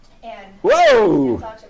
Whoa